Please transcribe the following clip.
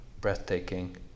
breathtaking